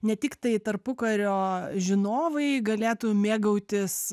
ne tiktai tarpukario žinovai galėtų mėgautis